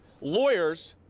lawyers,